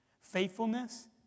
Faithfulness